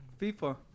FIFA